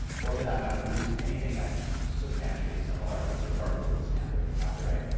or for that matter, produce anything that's substantially similar, which is our legal standard for copyright,